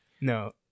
no